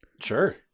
Sure